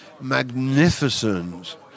magnificent